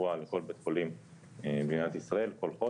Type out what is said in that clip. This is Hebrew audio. תוכנית ההתחשבנות בין ביה"ח לקופ"ח,